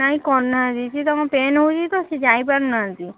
ନାଇଁ ତାଙ୍କୁ ପେନ୍ ହେଉଛି ତ ସେ ଯାଇପାରୁ ନାହାଁନ୍ତି